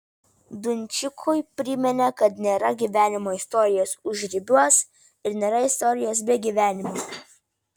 dunčikui priminė kad nėra gyvenimo istorijos užribiuos ir nėra istorijos be gyvenimo